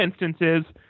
instances